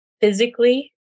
physically